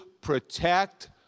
protect